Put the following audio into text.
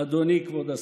אדוני כבוד השר: